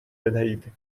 بدهید